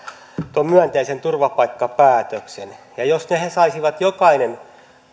tuon myönteisen turvapaikkapäätöksen niin jos heistä jokainen saisi tehdä